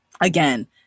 again